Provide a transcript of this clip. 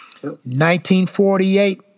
1948